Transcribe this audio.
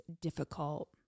difficult